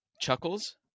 chuckles